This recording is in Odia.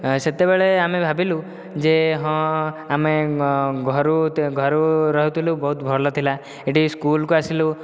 ସେତେବେଳେ ଆମେ ଭାବିଲୁ ଯେ ହଁ ଆମେ ଘରୁ ଘରୁ ରହୁଥିଲୁ ବହୁତ ଭଲ ଥିଲା ଏଠିକି ସ୍କୁଲକୁ ଆସିଲୁ